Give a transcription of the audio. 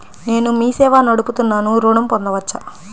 నేను మీ సేవా నడుపుతున్నాను ఋణం పొందవచ్చా?